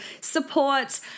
support